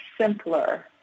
simpler